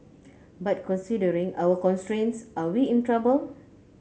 but considering our constraints are we in trouble